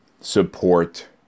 support